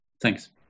Thanks